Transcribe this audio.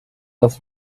das